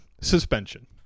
suspension